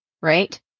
Right